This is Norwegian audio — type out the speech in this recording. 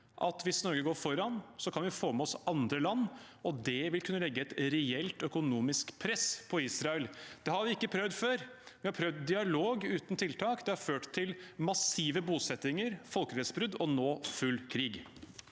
at hvis Norge går foran, kan vi få med oss andre land, og det vil kunne legge et reelt økonomisk press på Israel. Det har vi ikke prøvd før. Vi har prøvd dialog uten tiltak, og det har ført til massive bosettinger, folkerettsbrudd og nå: full krig.